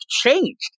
changed